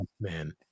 man